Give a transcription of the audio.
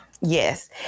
Yes